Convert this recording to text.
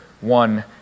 one